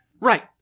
Right